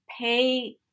pay